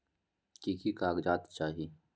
की की कागज़ात चाही?